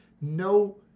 No